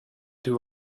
too